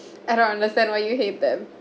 I don't understand why you hate them